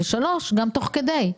שלוש, גם תוך כדי.